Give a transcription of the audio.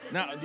Now